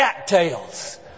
cattails